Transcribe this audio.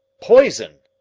poison!